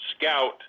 Scout